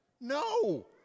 No